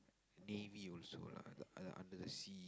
me me also lah under the sea